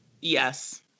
Yes